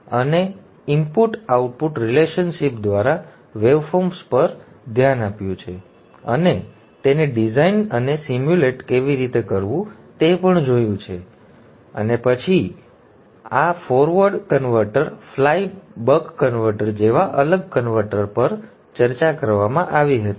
અમે input output relationship દ્વારા wave forms પર ધ્યાન આપ્યું છે અને તેને ડિઝાઇન અને સિમ્યુલેટ કેવી રીતે કરવું તે પણ જોયું છે અને આ પછી forward converter fly buck converter જેવા અલગ કન્વર્ટર પર ચર્ચા કરવામાં આવી હતી